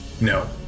No